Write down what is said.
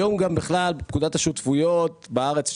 היום גם בכלל בפקודת השותפויות בארץ,